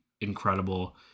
incredible